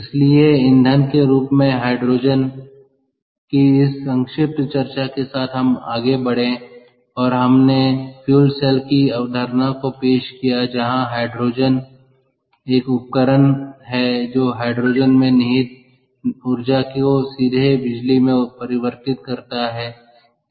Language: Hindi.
इसलिए ईंधन के रूप में हाइड्रोजन की उस संक्षिप्त चर्चा के साथ हम आगे बढ़े और हमने फ्यूल सेल की अवधारणा को पेश किया जहां हाइड्रोजन एक उपकरण है जो हाइड्रोजन में निहित ऊर्जा को सीधे बिजली में परिवर्तित करता है